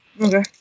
Okay